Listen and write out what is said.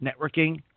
networking